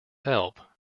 help